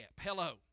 Hello